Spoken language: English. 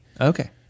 Okay